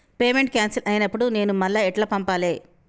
Payment cancel అయినపుడు నేను మళ్ళా ఎట్ల పంపాలే?